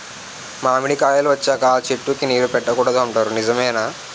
మామిడికాయలు వచ్చాక అ చెట్టుకి నీరు పెట్టకూడదు అంటారు నిజమేనా?